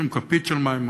לוקחים כפית של מים,